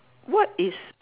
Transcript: what is